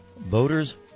Boaters